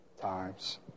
times